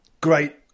Great